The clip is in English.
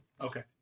Okay